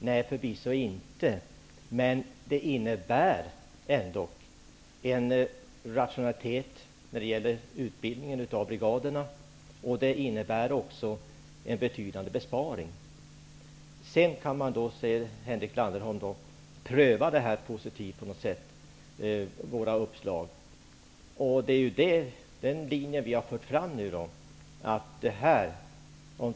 Nej, förvisso inte, men den innebär ändå rationalitet i fråga om utbildning av brigaderna, och den innebär också en betydande besparing. Visst kan man pröva socialdemokraternas uppslag, säger Henrik Landerholm.